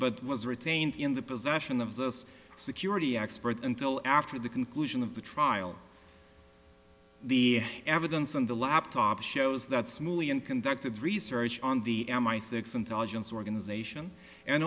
but was retained in the possession of the us security expert until after the conclusion of the trial the evidence on the laptop shows that smoothly and conducted research on the m i six intelligence organization and